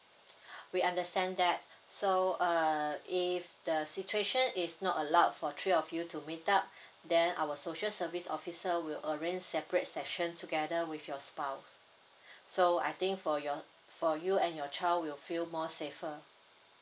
we understand that so uh if the situation is not allowed for three of you to meet up then our social service officer will arrange separate section together with your spouse so I think for your for you and your child will feel more safer